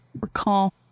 recall